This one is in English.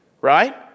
Right